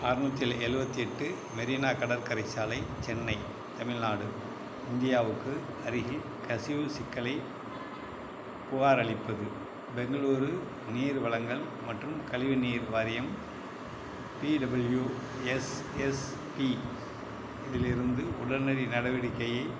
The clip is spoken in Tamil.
அறநூற்றி எ எழுவத்தி எட்டு மெரினா கடற்கரை சாலை சென்னை தமிழ்நாடு இந்தியாவுக்கு அருகில் கசிவு சிக்கலை புகாரளிப்பது பெங்களூரு நீர் வழங்கல் மற்றும் கழிவு நீர் வாரியம் பிடபள்யூஎஸ்எஸ்பி இலிருந்து உடனடி நடவடிக்கையைக்